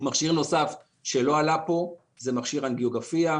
מכשיר נוסף שלא עלה פה זה מכשיר אנגיוגרפיה.